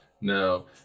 No